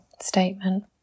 statement